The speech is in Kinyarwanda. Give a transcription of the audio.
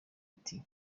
ati